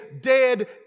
dead